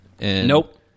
Nope